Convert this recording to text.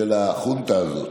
של החונטה הזאת.